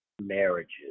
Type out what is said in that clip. marriages